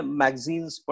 magazines